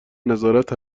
نظارت